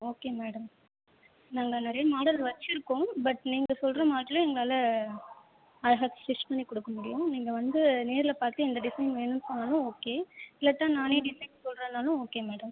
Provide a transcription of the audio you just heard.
okay madam நாங்கள் நிறைய model வச்சுருக்கோம் பட் நீங்கள் சொல்கிற மாடலில் எங்களால் அழகாக ஸ்டிச் பண்ணி கொடுக்க முடியும் நீங்கள் வந்து நேரில் பார்த்து இந்த டிசைன் வேணும்னு சொன்னாலும் ஓகே இல்லாட்டால் நானே டிசைன் சொல்றாத இருந்தாலும் ஓகே மேடம்